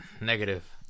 Negative